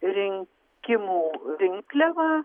rinkimų rinkliavą